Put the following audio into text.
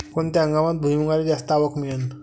कोनत्या हंगामात भुईमुंगाले जास्त आवक मिळन?